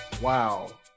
wow